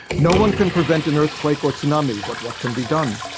no one can prevent an earthquake or tsunami but what can be done?